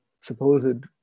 supposed